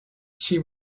she